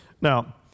Now